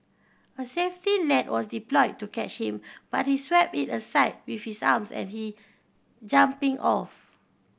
a safety net was deployed to catch him but he swept it aside with his arms and he jumping off